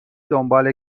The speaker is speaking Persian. دنبال